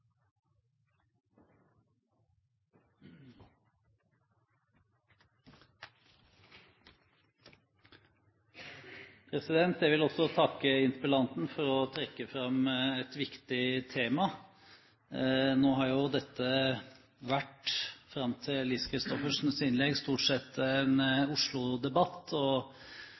Jeg vil også takke interpellanten for å trekke fram et viktig tema. Nå har jo dette stort sett vært en Oslo-debatt fram til Lise Christoffersens innlegg,